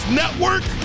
network